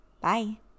Bye